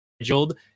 scheduled